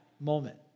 moment